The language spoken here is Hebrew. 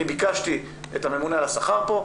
אני ביקשתי את הממונה על השכר פה,